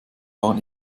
waren